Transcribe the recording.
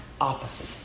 opposite